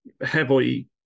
heavily